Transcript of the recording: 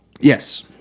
Yes